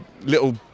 little